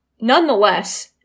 nonetheless